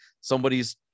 somebody's